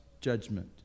judgment